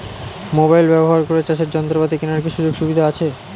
Mobile ব্যবহার করে চাষের যন্ত্রপাতি কেনার কি সুযোগ সুবিধা আছে?